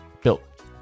Built